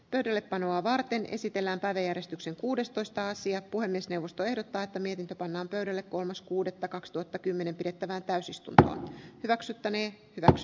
pöydällepanoa varten esitellään päiväjärjestyksen kuudestoista sija puhemiesneuvosto ehdottaa että mietintö pannaan pöydälle kolmas kuudetta kaksituhattakymmenen pidettävään täysistunto hyväksyttäneen tax